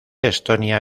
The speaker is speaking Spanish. estonia